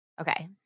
Okay